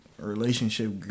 relationship